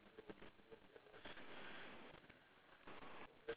uh ya you mean the white colour box and the bottom is brown colour